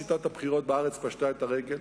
שיטת הבחירות בארץ פשטה את הרגל,